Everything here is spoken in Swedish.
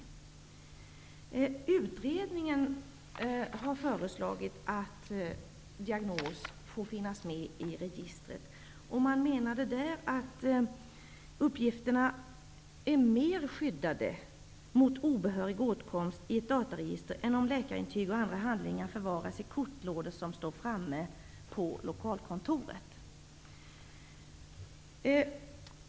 I utredningen föreslås att diagnos får finnas med i registret. Där menade man att uppgifterna är mer skyddade mot obehörig åtkomst i ett dataregister än om läkarintyg och andra handlingar förvaras i kortlådor som står framme på lokalkontoret.